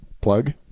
plug